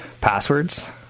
passwords